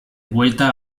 vuelta